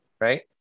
right